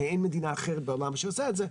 כי אין מדינה אחרת בעולם שעושה את זה,